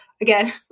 again